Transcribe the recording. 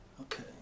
Okay